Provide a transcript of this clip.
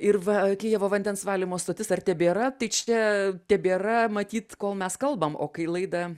ir va kijevo vandens valymo stotis ar tebėra tai čia tebėra matyt kol mes kalbam o kai laidą